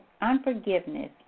unforgiveness